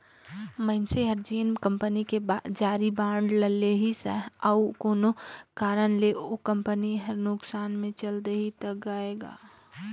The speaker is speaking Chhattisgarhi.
मइनसे हर जेन कंपनी के जारी बांड ल लेहिसे अउ कोनो कारन ले ओ कंपनी हर नुकसान मे चल देहि त गय गा